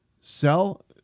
sell